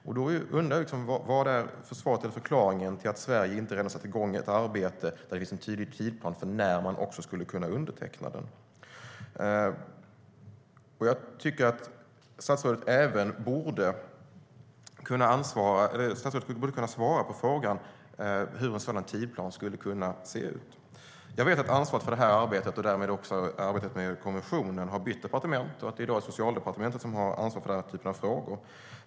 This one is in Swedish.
Jag undrar vad som är försvaret för eller förklaringen till att Sverige inte redan har satt igång ett arbete där det finns en tydlig tidsplan för när man skulle kunna underteckna konventionen. Jag tycker att statsrådet borde kunna svara på frågan hur en sådan tidsplan kan se ut. Jag vet att ansvaret för det här arbetet, och därmed också arbetet med konventionen, har flyttats till ett annat departement och att det i dag är Socialdepartementet som har ansvaret för denna typ av frågor.